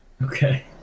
okay